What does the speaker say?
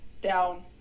down